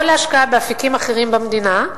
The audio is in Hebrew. או להשקעה באפיקים אחרים במדינה,